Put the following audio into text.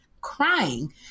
crying